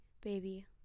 Baby